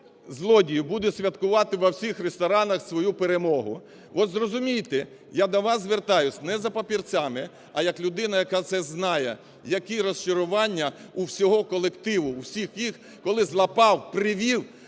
злодіїв – буде святкувати в усіх ресторанах свою перемогу. От зрозумійте, я до вас звертаюсь, не за папірцями, а як людина, яка це знає, які розчарування у всього колективу, в усіх їх, коли злапав, привів,